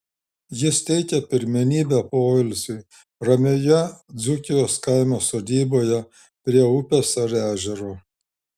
jis teikia pirmenybę poilsiui ramioje dzūkijos kaimo sodyboje prie upės ar ežero